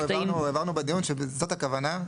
הבהרנו בדיון שזאת הכוונה.